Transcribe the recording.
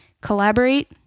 collaborate